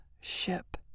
ship